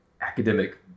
academic